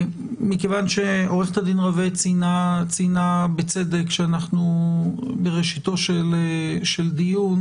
מכיוון שעורכת הדין רווה ציינה בצדק שאנחנו בראשיתו של הדיון,